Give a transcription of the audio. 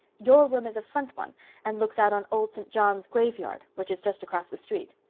your room is a front one and looks out on old st. john's graveyard, which is just across the street.